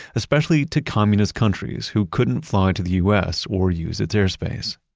especially to communist countries who couldn't fly to the u s. or use its airspace.